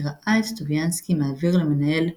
כי ראה את טוביאנסקי מעביר למנהל המשרד,